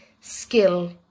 skill